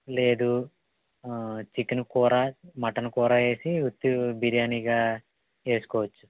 లేదు చికెన్ కూర మటన్ కూర వేసి ఉత్తి బిర్యానిగా వేసుకోవచ్చు